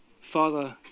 Father